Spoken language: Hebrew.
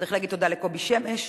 צריך להגיד תודה לקובי שמש,